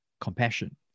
compassion